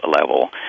level